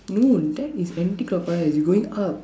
no that is anticlockwise you going up